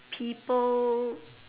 people